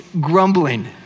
grumbling